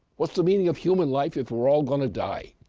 what's the meaning of human life, if we're all going to die?